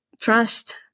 trust